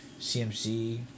CMC